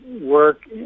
work